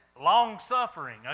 Long-suffering